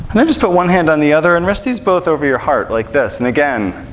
and then just put one hand on the other and rest these both over your heart like this, and again,